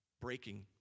Breaking